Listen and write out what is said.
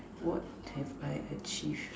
what have I achieved